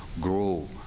grow